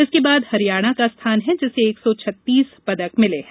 उसके बाद हरियाणा का स्थान है जिसे एक सौ छत्तीस पदक मिले हैं